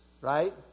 Right